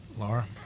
Laura